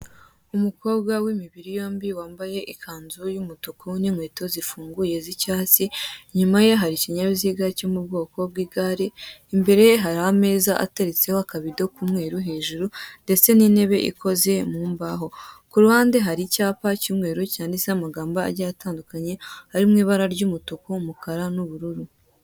Umukobwa w'imibiri yombi wambaye ikanzu y'umutuku n'inkweto zifunguye z'icyatsi, inyuma ye hari ikinyabiziga cyo mu bwoko bw'igare, imbere ye hari ameza ateretseho akabido k'umweru hejuru ndetse n'intebe ikoze mu mbaho, ku ruhande hari icyapa cy'umweru cyanditse amagambo agiye atandukanye ari mu ibara ry'umutuku, umukara n'ubururu.